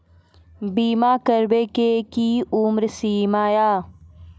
बीमा करबे के कि उम्र सीमा या?